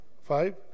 Five